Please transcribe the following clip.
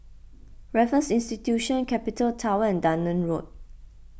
Raffles Institution Capital Tower and Dunearn Road